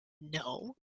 No